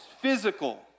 physical